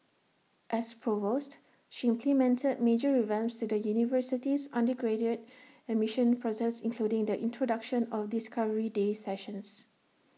as provost she implemented major revamps to the university's undergraduate admission process including the introduction of discovery day sessions